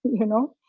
you know.